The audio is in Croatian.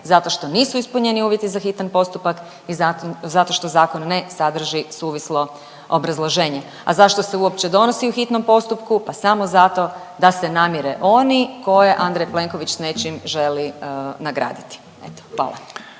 zato što nisu ispunjeni uvjet za hitan postupak i zato što zakon ne sadrži suvislo obrazloženje. A zašto se uopće donosi u hitnom postupku? Pa samo zato da se namire oni koje Andrej Plenković s nečim želi nagraditi. Hvala.